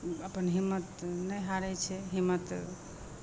अपन हिम्मत नहि हारै छै हिम्मत